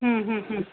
ह्म्म हम्म हम्म